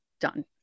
done